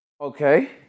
Okay